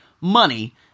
money